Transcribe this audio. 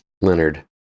Leonard